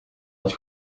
het